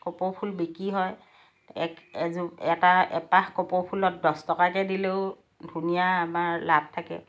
কপৌফুল বিক্ৰী হয় এক এজো এটা এপাহ কপৌফুলত দহ টকাকৈ দিলেও ধুনীয়া আমাৰ লাভ থাকে